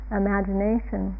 imagination